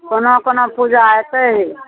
कोना कोना पूजा हेतै